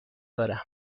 دارم